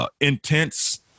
intense